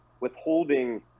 withholding